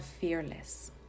fearless